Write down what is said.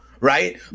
Right